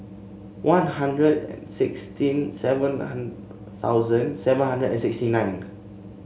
One Hundred sixteen seven thousand seven hundred and sixty nine